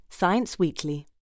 scienceweekly